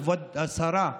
כבוד השרה,